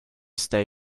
stay